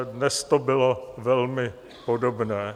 Dnes to bylo velmi podobné.